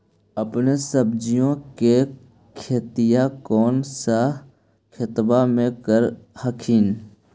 अपने सब्जिया के खेतिया कौन सा खेतबा मे कर हखिन?